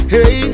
Hey